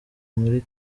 muri